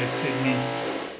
sydney